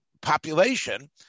population